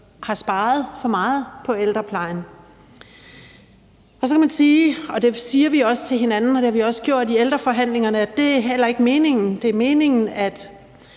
har sparet for meget på ældreplejen. Så kan man sige, det siger vi også til hinanden, og det har vi også gjort i ældreforhandlingerne, at det heller ikke er meningen. Det er meningen, at